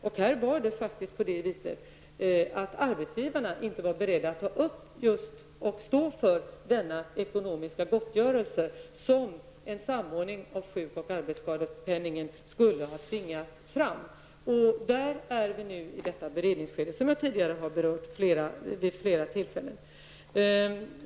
Det var faktiskt på det viset att arbetsgivarna inte var beredda att stå för denna ekonomiska gottgörelse som en samordning av sjuk och arbetsskadepenningen skulle ha tvingat fram. Vi är nu inne i det beredningsskede som jag tidigare har berört vid flera tillfällen.